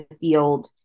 field